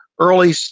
early